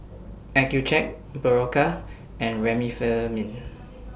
Accucheck Berocca and Remifemin